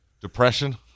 Depression